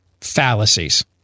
fallacies